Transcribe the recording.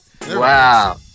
Wow